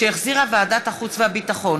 שהחזירה ועדת החוץ והביטחון.